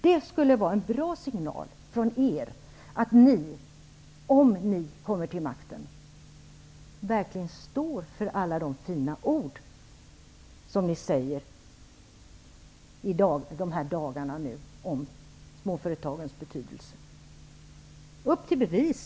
Det skulle vara en bra signal från er att ni, om ni kommer till makten, verkligen står för alla de fina ord som ni uttalar i dessa dagar om småföretagens betydelse. Upp till bevis!